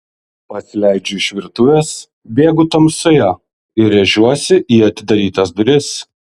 pasileidžiu iš virtuvės bėgu tamsoje ir rėžiuosi į atidarytas duris